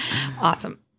Awesome